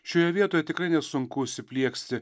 šioje vietoje tikrai nesunku užsiplieksti